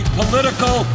political